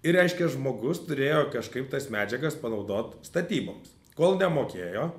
ir reiškia žmogus turėjo kažkaip tas medžiagas panaudot statyboms kol nemokėjo